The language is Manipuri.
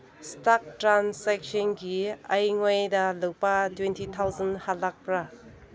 ꯏꯁꯇꯛ ꯇ꯭ꯔꯥꯟꯁꯦꯛꯁꯟꯒꯤ ꯑꯩꯉꯣꯟꯗ ꯂꯨꯄꯥ ꯇ꯭ꯋꯦꯟꯇꯤ ꯊꯥꯎꯖꯟ ꯍꯜꯂꯛꯄ꯭ꯔꯥ